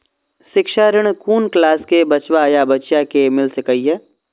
शिक्षा ऋण कुन क्लास कै बचवा या बचिया कै मिल सके यै?